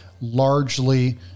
largely